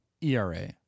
ERA